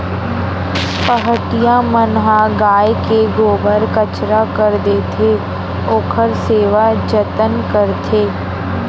पहाटिया मन ह गाय के गोबर कचरा कर देथे, ओखर सेवा जतन करथे